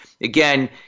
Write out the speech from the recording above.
again